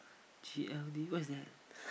G_L_D what's that